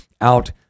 out